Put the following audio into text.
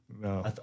No